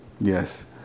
Yes